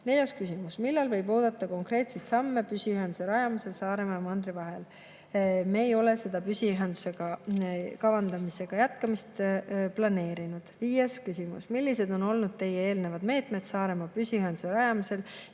Neljas küsimus: "Millal võib oodata konkreetseid samme püsiühenduse rajamisel Saaremaa ja mandri vahel?" Me ei ole püsiühenduse kavandamise jätkamist planeerinud. Viies küsimus: "Millised on olnud teie eelnevad meetmed Saaremaa püsiühenduse rajamisel